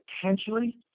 potentially